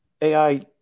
AI